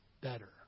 better